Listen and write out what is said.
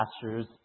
pastures